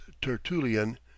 Tertullian